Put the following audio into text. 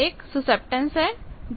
यह एक सुसेप्टटेन्स है